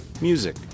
music